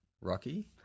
Rocky